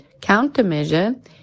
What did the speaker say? countermeasure